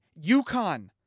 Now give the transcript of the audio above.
UConn